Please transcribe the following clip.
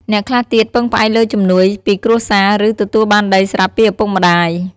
អ្នកខ្លះទៀតពឹងផ្អែកលើជំនួយពីគ្រួសារ ឬ ទទួលបានដីស្រាប់ពីឪពុកម្ដាយ។